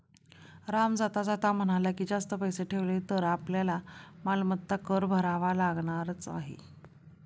राम जाता जाता म्हणाला की, जास्त पैसे ठेवले तर आपल्याला मालमत्ता कर भरावा लागणारच आहे